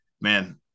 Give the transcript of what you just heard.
man